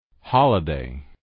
holiday